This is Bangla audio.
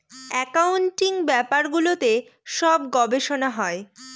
একাউন্টিং ব্যাপারগুলোতে সব গবেষনা হয়